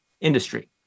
industry